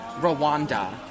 Rwanda